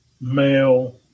male